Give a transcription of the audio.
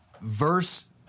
Verse